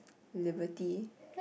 liberty